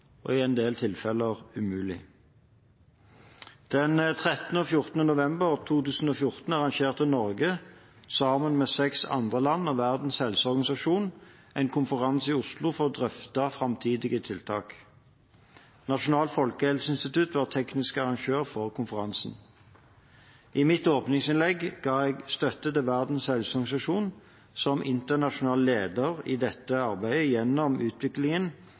og i en del tilfeller umulig. Den 13. og 14. november 2014 arrangerte Norge sammen med seks andre land og Verdens helseorganisasjon en konferanse i Oslo for å drøfte framtidige tiltak. Nasjonalt folkehelseinstitutt var teknisk arrangør for konferansen. I mitt åpningsinnlegg ga jeg støtte til Verdens helseorganisasjon som internasjonal leder i dette arbeidet gjennom utviklingen